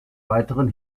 weiteren